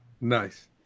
nice